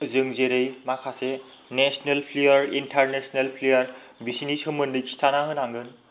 जों जेरै माखासे नेसनेल प्लेयार इन्टारनेसनेल प्लेयार बिसोरनि सोमोन्दै खिथाना होनांगोन